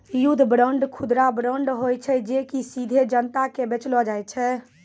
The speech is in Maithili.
युद्ध बांड, खुदरा बांड होय छै जे कि सीधे जनता के बेचलो जाय छै